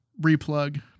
replug